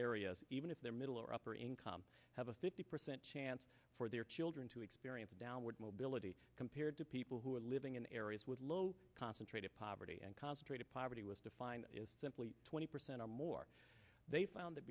areas even if they're middle or upper income have a fifty percent chance for their children to experience downward mobility compared to people who are living in areas with low concentrated poverty and concentrated poverty was defined is simply twenty percent or more they found that